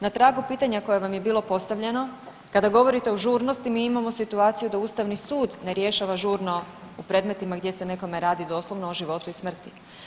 Na tragu pitanja koje vam je bilo postavljeno kada govorite o žurnosti mi imamo situaciju da Ustavni sud ne rješava žurno u predmetima gdje se nekome radi doslovno o životu i smrti.